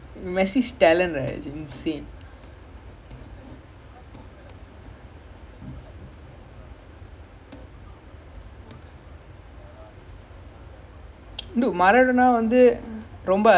ya it's like you can't compare like this lah because you it's like even like messi mardona like similar சொல்றாங்க:solraanga like it's totally different right the playing style ah வேற மாதிரி இருக்கும்:vera maadhiri irukkum like எல்லாம் வேற மாதிரி இருக்கும்:ellaamae vera maadthiri irukkum